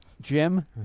Jim